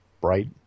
bright